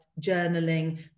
journaling